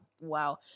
wow